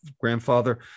grandfather